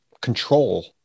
control